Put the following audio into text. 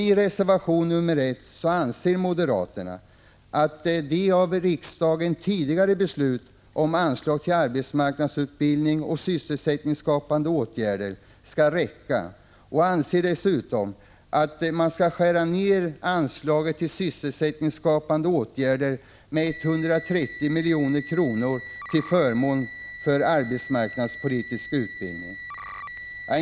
I reservation 1 anser moderaterna att de av riksdagen tidigare beslutade anslagen till arbetsmarknadsutbildning och sysselsättningsskapande åtgärder skall räcka och anser dessutom att man skall skära ner anslaget till sysselsättningsskapande åtgärder med 130 miljoner till förmån för arbetsmarknadspolitisk utbildning.